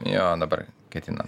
jo dabar ketinam